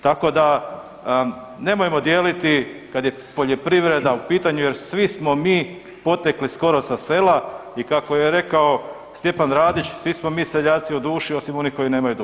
Tako da nemojmo dijeliti kad je poljoprivreda u pitanju jer svi smo mi potekli skoro sa sela i kako je rekao Stjepan Radić „svi smo mi seljaci u duši osim onih koji nemaju dušu“